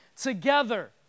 together